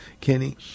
Kenny